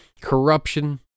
Corruption